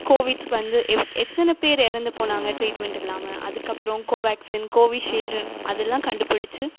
கோவிட்க்கு வந்து எத்தனைப்பேர் இறந்து போனாங்க ட்ரீட்மென்ட் இல்லாம அதுக்கப்புறோம் கோவாக்சின் கோவிஷீல்டு அதுல்லாம் கண்டுப்புடிச்சு